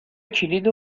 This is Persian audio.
کلید